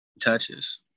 touches